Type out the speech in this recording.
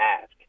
ask